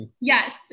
yes